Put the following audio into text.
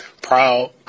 proud